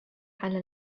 على